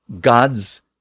God's